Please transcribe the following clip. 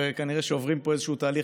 וכנראה שעוברים פה איזה תהליך,